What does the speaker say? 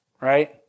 right